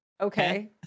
okay